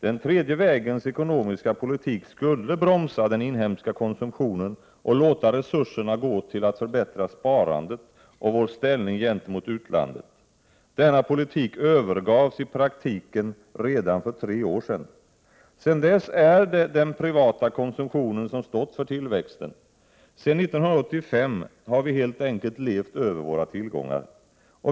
Den ”tredje vägens ekonomiska politik” skulle bromsa den inhemska konsumtionen och låta resurserna gå till att förbättra sparandet och vår ställning gentemot utlandet. Denna politik övergavs i praktiken redan för tre år sedan. Sedan dess är det den privata konsumtionen som stått för tillväxten. Sedan 1985 har vi helt enkelt levt över våra tillgångar.